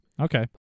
Okay